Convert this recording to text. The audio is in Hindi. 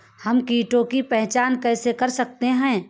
हम कीटों की पहचान कैसे कर सकते हैं?